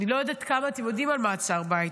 אני לא יודעת כמה אתם יודעים על מעצר בית,